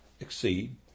exceed